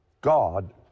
God